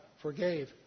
forgave